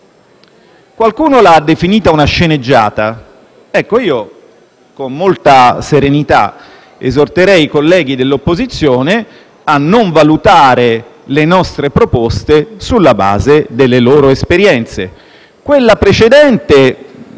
Qualcuno l'ha definita una sceneggiata, ma io con molta serenità esorterei i colleghi dell'opposizione a non valutare le nostre proposte sulla base delle loro esperienze.